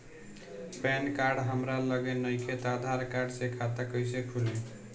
Pan card हमरा लगे नईखे त आधार कार्ड से खाता कैसे खुली?